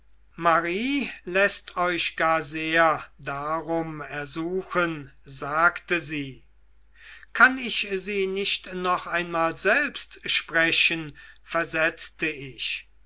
marie läßt euch gar sehr darum ersuchen sagte sie kann ich sie nicht noch einmal selbst sprechen versetzte ich